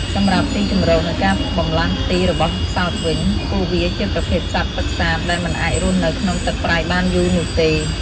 សម្រាប់ទីជម្រកនិងការបម្លាស់ទីរបស់ផ្សោតវិញ ពួកវាជាប្រភេទសត្វទឹកសាប ដែលមិនអាចរស់នៅក្នុងទឹកប្រៃបានយូរនោះទេ។